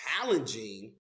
challenging